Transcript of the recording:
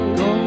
go